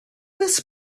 this